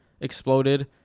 exploded